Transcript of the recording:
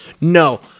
No